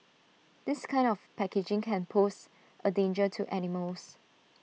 this kind of packaging can pose A danger to animals